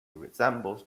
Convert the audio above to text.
resembles